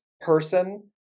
person